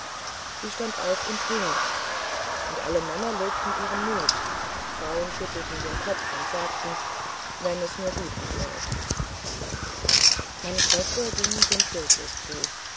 sie stand auf und ging und alle männer lobten ihren mut aber die frauen schüttelten den kopf und sagten wenn es nur gut abläuft meine schwester ging dem kirchhof zu